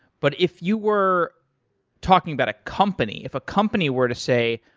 but if you were talking about a company. if a company were to say,